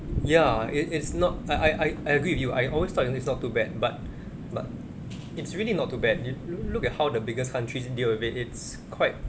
ya it it's not I I I I agree with you I always thought you know it's not too bad but but it's really not too bad you look look at how the biggest countries deal with it it's quite